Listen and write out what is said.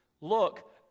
Look